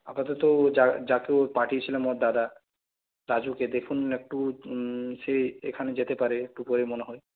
আপাতত যা যাকে ওর পাঠিয়েছিলাম ওর দাদা রাজুকে দেখুন একটু সে এখানে যেতে পারে একটু পরে মনে হয়